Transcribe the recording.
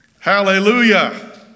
Hallelujah